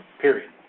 Period